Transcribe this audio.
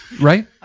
Right